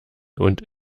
und